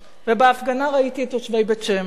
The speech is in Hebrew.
בהפגנה ראיתי את תושבי בית-שמש.